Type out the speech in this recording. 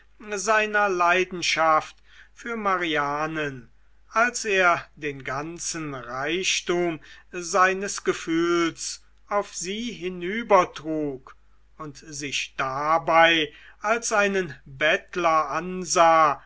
seiner leidenschaft für marianen als er den ganzen reichtum seines gefühls auf sie hinübertrug und sich dabei als einen bettler ansah